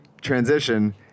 transition